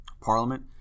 parliament